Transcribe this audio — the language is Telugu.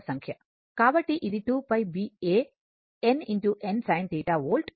కాబట్టి ఇది 2 π BA N x n sin θ volt ఉంటుంది